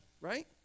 right